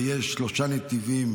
יש שלושה נתיבים